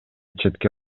четке